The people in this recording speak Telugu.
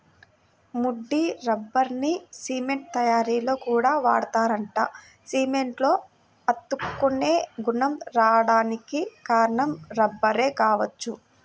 ముడి రబ్బర్ని సిమెంట్ తయ్యారీలో కూడా వాడతారంట, సిమెంట్లో అతుక్కునే గుణం రాడానికి కారణం రబ్బరే గావచ్చు